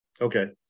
okay